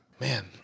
Man